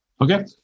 Okay